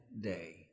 day